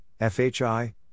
FHI